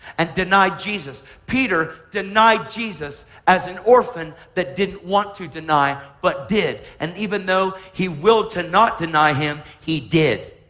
and deny jesus. peter denied jesus as an orphan that didn't want to deny, but did, and even though he willed to not deny him, he did